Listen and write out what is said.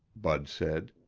bud said.